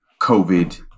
COVID